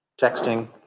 texting